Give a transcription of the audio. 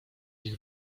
ich